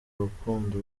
rukundo